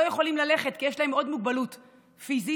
יכולים ללכת כי יש להם עוד מוגבלות פיזית,